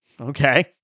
Okay